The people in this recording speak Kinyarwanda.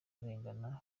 arengana